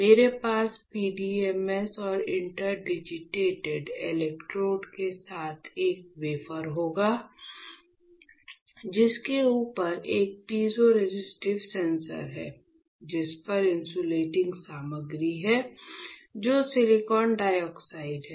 हमारे पास PDMS और इंटरडिजिटेटेड इलेक्ट्रोड के साथ एक वेफर होगा जिसके ऊपर एक पीज़ोरेसिस्टिव सेंसर है जिस पर इंसुलेटिंग सामग्री है जो सिलिकॉन डाइऑक्साइड है